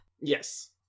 Yes